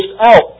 out